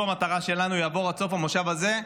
זאת מהפכה שלנו, והוא יעבור עד סוף המושב הזה.